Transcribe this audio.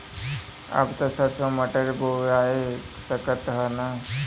अब त सरसो मटर बोआय सकत ह न?